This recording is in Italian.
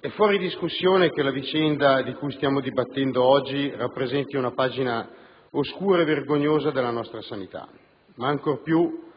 è fuori discussione che la vicenda di cui stiamo dibattendo oggi rappresenti una pagina oscura e vergognosa della nostra sanità, ma ancor più